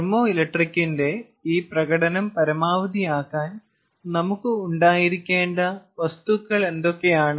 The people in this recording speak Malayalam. തെർമോഇലക്ട്രിക്കിന്റെ ഈ പ്രകടനം പരമാവധിയാക്കാൻ നമുക്ക് ഉണ്ടായിരിക്കേണ്ട വസ്തുക്കൾ ഏതൊക്കെയാണ്